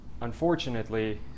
unfortunately